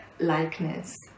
likeness